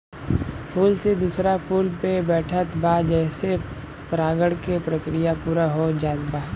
फूल से दूसरा फूल पे बैठत बा जेसे परागण के प्रक्रिया पूरा हो जात बा